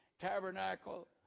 tabernacle